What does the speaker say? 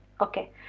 okay